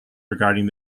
regarding